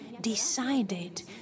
decided